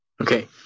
Okay